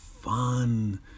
fun